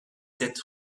sept